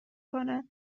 کنه